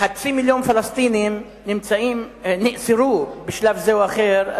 חצי מיליון פלסטינים נאסרו בשלב זה או אחר,